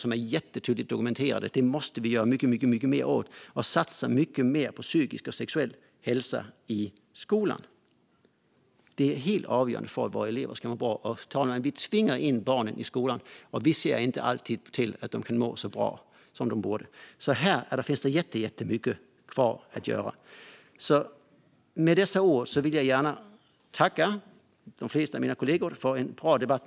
De är jättetydligt dokumenterade, och dem måste vi göra mycket mer åt. Vi måste satsa mycket mer på psykisk och sexuell hälsa i skolan. Det är helt avgörande för att våra elever ska må bra. Herr talman! Vi tvingar in barnen i skolan. Men vi ser inte alltid till att de mår så bra som de borde kunna göra. Här finns jättemycket kvar att göra. Jag vill tacka de flesta av mina kollegor för en bra debatt.